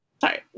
sorry